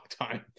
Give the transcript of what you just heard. time